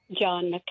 John